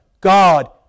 God